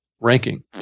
ranking